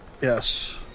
Yes